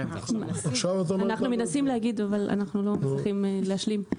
אנחנו מנסים להגיד, אבל אנחנו לא מצליחים להשלים.